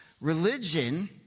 Religion